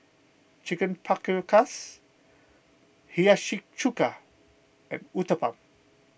Chicken Paprikas Hiyashi Chuka and Uthapam